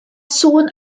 sôn